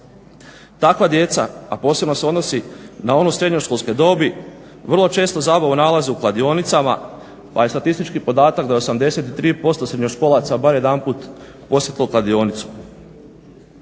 Takva djeca, a posebno se odnosi na onu srednjoškolske dobi, vrlo često zabavu nalaze u kladionicama pa je statistički podatak da 83% srednjoškolaca bar jedanput posjetilo kladionicu.